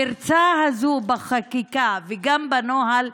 הפרצה הזו בחקיקה וגם בנוהל,